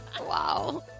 Wow